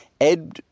Ed